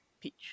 Peach